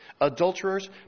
Adulterers